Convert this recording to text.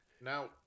Now